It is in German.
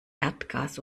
erdgas